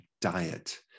Diet